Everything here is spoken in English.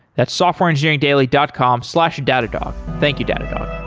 that's softwareengineeringdaily dot com slash datadog. thank you, datadog.